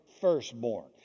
firstborn